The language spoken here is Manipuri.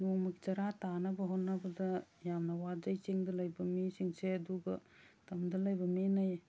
ꯅꯣꯡꯃꯒꯤ ꯆꯔꯥ ꯇꯥꯟꯅꯕ ꯍꯣꯠꯅꯕꯗ ꯌꯥꯝꯅ ꯋꯥꯖꯩ ꯆꯤꯡꯗ ꯂꯩꯕ ꯃꯤꯁꯤꯡꯁꯦ ꯑꯗꯨꯒ ꯇꯝꯗ ꯂꯩꯕ ꯃꯤꯅ